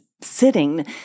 sitting